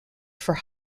for